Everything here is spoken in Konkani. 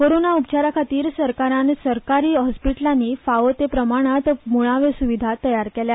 कोरोना उपचारा खातीर सरकारान सरकारी हॉस्पिटलांनी फावो ते प्रमाणात मुळाव्यो सुविधा तयार केल्या